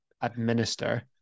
administer